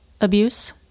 abuse